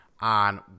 on